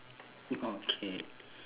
okay